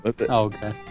okay